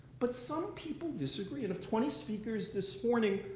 but some people disagree. and of twenty speakers this morning,